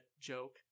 joke